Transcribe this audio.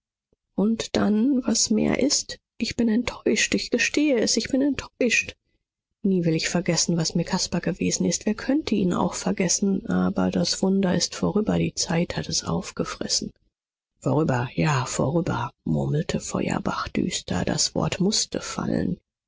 und dann was mehr ist ich bin enttäuscht ich gestehe es ich bin enttäuscht nie will ich vergessen was mir caspar gewesen ist wer könnte ihn auch vergessen aber das wunder ist vorüber die zeit hat es aufgefressen vorüber ja vorüber murmelte feuerbach düster das wort mußte fallen